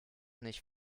nicht